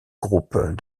groupes